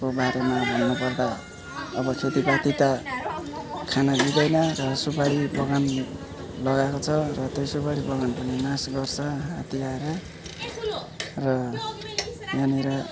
को बारेमा भन्नु पर्दा अब खेतीपाती त खानु पुग्दैन र सुपारी बगान लगाएको छ र त्यो सुपारी बगान पनि नाश गर्छ हात्ती आएर र यहाँनेर